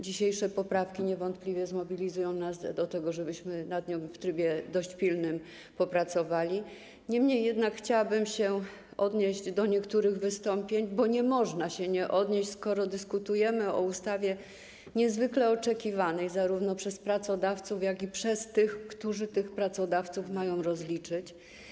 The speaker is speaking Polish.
Dzisiejsze poprawki niewątpliwie zmobilizują nas do tego, żebyśmy nad nią w trybie dość pilnym popracowali, niemniej jednak chciałabym się odnieść do niektórych wystąpień, bo nie można się nie odnieść, skoro dyskutujemy o ustawie niezwykle oczekiwanej zarówno przez pracodawców, jak i przez tych, którzy tych pracodawców mają rozliczyć.